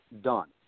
done